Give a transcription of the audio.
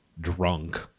drunk